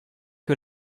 que